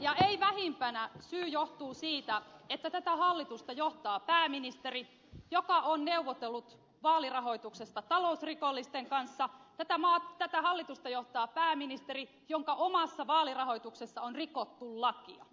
ja ei vähimpänä syy johtuu siitä että tätä hallitusta johtaa pääministeri joka on neuvotellut vaalirahoituksesta talousrikollisten kanssa tätä hallitusta johtaa pääministeri jonka omassa vaalirahoituksessa on rikottu lakia